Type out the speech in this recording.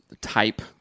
type